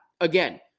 Again